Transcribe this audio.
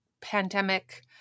pandemic